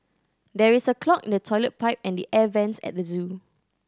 there is a clog in the toilet pipe and the air vents at the zoo